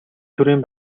төрийн